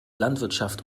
landwirtschaft